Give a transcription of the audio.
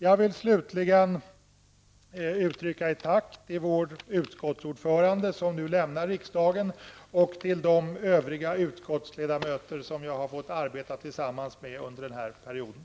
Jag vill slutligen uttrycka ett tack till vår utskottsordförande som nu lämnar riksdagen och till de övriga utskottsledamöter som jag har fått arbeta tillsammans med under den här perioden.